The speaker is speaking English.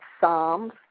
Psalms